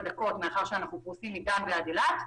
דקות מכיוון שאנחנו פרושים מדן ועד אילת.